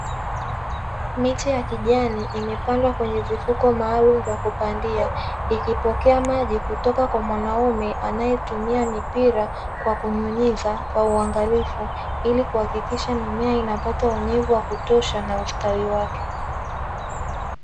Miche ya kijani imepandwa kwenye vifuko maalum vya kupandia, ikipokea maji kutoka kwa mwanaume anae tumia mipira kwa kunyunyiza kwa uangalifu, ili kuhakikisha mimea inapata unyevu wa kutosha na ustawi wake.